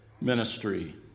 ministry